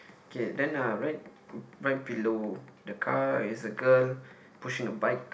okay then uh right right below the car is a girl pushing a bike